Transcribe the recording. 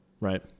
right